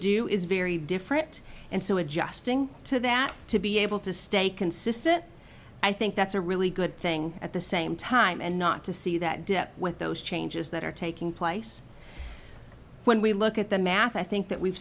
do is very different and so adjusting to that to be able to stay consistent i think that's a really good thing at the same time and not to see that dip with those changes that are taking place when we look at the math i think that we've